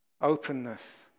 openness